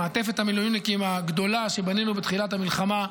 מעטפת המילואימניקים הגדולה שבנינו בתחילת המלחמה,